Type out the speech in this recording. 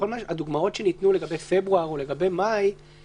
הדוגמאות שנתנו לגבי פברואר ומאי,